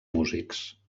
músics